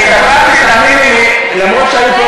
אני צחקתי, תאמיני לי, למרות שהיו פה